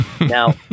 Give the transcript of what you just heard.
Now